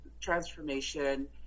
transformation